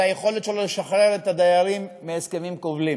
היכולת שלו לשחרר את הדיירים מהסכמים כובלים.